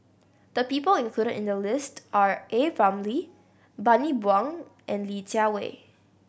the people included in the list are A Ramli Bani Buang and Li Jiawei